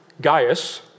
Gaius